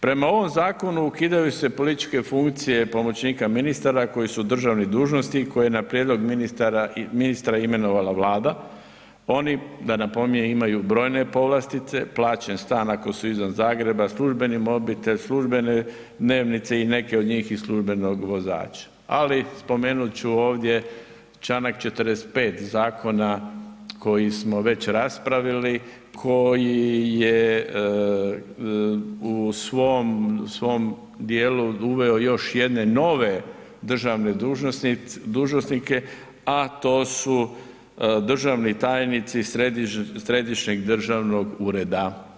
Prema ovom zakonu ukidaju se političke funkcije pomoćnika ministara koji su državni dužnosnici koji na prijedlog ministara imenovala vlada, oni da napominjem imaju brojne povlastice, plaćen stan ako su izvan Zagreba, službeni mobitel, službene dnevnice i neki od njih i službenog vozača, ali spomenut ću ovdje Članak 45. zakona koji smo već raspravili koji je u svom, svom dijelu uveo još jedne nove državne dužnosnike, a to su državni tajnici središnjeg državnog ureda.